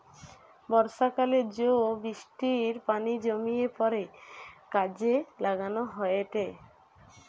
বর্ষাকালে জো বৃষ্টির পানি জমিয়ে পরে কাজে লাগানো হয়েটে